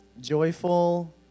joyful